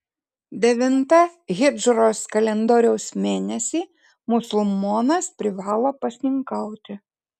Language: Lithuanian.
devintą hidžros kalendoriaus mėnesį musulmonas privalo pasninkauti